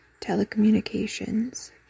telecommunications